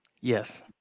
Yes